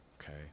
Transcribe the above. Okay